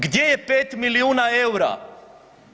Gdje je 5 milijuna EUR-a?